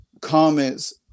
Comments